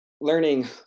learning